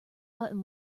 button